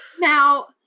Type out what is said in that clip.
now